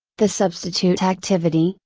the substitute activity,